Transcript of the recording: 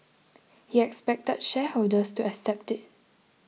he expected shareholders to accept it